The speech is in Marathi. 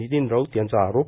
नितीन राऊत यांचा आरोप